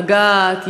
לגעת,